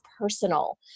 personal